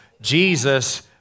Jesus